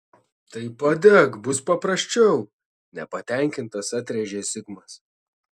tai padek bus paprasčiau nepatenkintas atrėžė zigmas